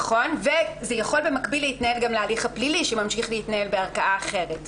זה יכול במקביל להתנייד גם להליך הפלילי שממשיך להתנהל בערכאה אחרת.